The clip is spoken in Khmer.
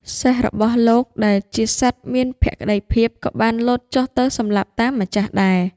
សេះរបស់លោកដែលជាសត្វមានភក្តីភាព ក៏បានលោតចុះទៅស្លាប់តាមម្ចាស់ដែរ។